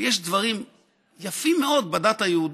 יש דברים יפים מאוד בדת היהודית,